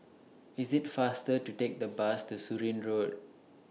IT IS faster to Take The Bus to Surin Road